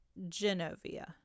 Genovia